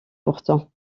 pourtant